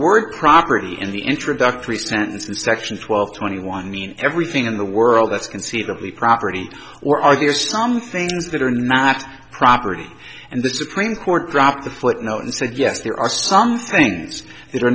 word property in the introductory sentence in section twelve twenty one mean everything in the world that's conceivably property or are there some things that are not property and the supreme court dropped the footnote and said yes there are some things that are